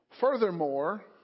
furthermore